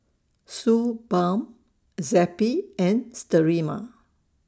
Suu Balm Zappy and Sterimar